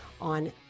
on